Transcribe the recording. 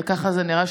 וככה זה נראה,